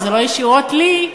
שזה לא ישירות אלי,